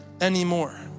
anymore